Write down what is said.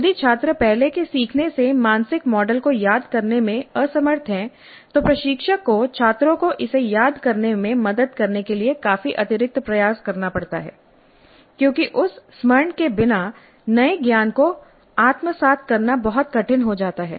यदि छात्र पहले के सीखने से मानसिक मॉडल को याद करने में असमर्थ हैं तो प्रशिक्षक को छात्रों को इसे याद करने में मदद करने के लिए काफी अतिरिक्त प्रयास करना पड़ता है क्योंकि उस स्मरण के बिना नए ज्ञान को आत्मसात करना बहुत कठिन हो जाता है